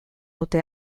dute